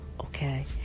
okay